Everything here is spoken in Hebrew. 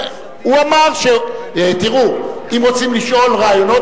אם רוצים לשאול רעיונות,